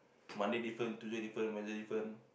Monday different tuesday different wednesday different